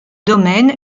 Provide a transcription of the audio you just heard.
domaine